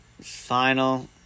Final